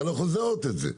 אתה לא יכול לזהות א זה.